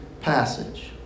passage